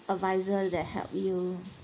adviser that help you